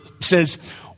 says